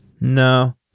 No